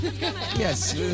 Yes